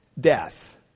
death